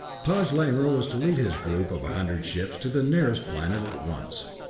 taj lamor was to lead his group of a hundred ships to the nearer planet at once.